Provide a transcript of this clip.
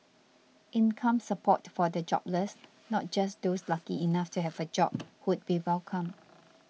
income support for the jobless not just those lucky enough to have a job would be welcome